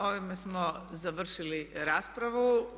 Ovime smo završili raspravu.